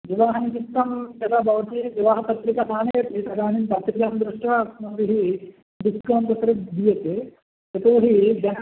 विवाहनिमित्तं यदा भवद्भिः विवाहपत्रिकामानयति तदानीं पत्रिकां दृष्ट्वा अस्माभिः डिस्कौण्ट् तत्र दीयते यतो हि जनाः